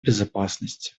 безопасности